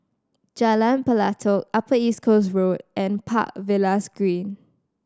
Jalan Pelatok Upper East Coast Road and Park Villas Green